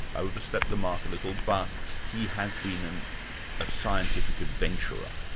ah overstepped the mark a little, but he has been and a scientific adventurer.